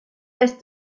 est